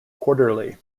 quarterly